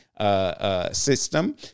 system